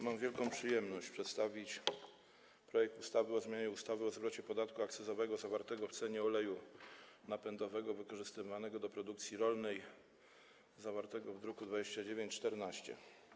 Mam wielką przyjemność przedstawić projekt ustawy o zmianie ustawy o zwrocie podatku akcyzowego zawartego w cenie oleju napędowego wykorzystywanego do produkcji rolnej, zawarty w druku nr 2914.